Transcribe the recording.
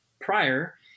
prior